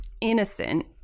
innocent